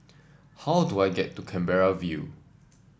how do I get to Canberra View